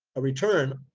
a return,